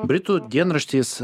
britų dienraštis